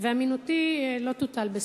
ואמינותי לא תוטל בספק,